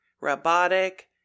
robotic